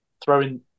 throwing